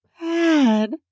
bad